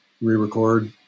re-record